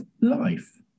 life